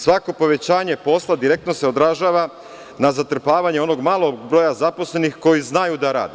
Svako povećanje posla direktno se održava na zatrpavanje onog malog broja zaposlenih koji znaju da rade.